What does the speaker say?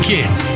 Kids